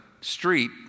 street